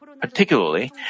Particularly